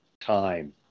time